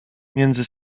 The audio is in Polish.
między